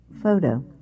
photo